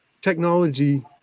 technology